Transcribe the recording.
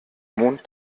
mond